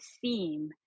theme